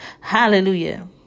Hallelujah